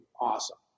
awesome